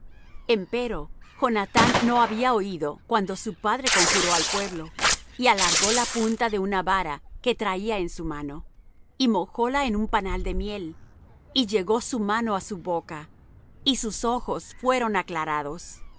juramento empero jonathán no había oído cuando su padre conjuró al pueblo y alargó la punta de una vara que traía en su mano y mojóla en un panal de miel y llegó su mano á su boca y sus ojos fueron aclarados